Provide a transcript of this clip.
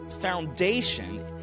foundation